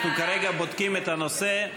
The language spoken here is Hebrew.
אנחנו כרגע בודקים את הנושא.